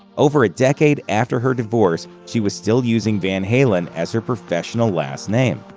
over a decade after her divorce, she was still using van halen as her professional last name.